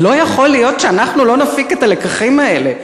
לא יכול להיות שאנחנו לא נפיק את הלקחים האלה,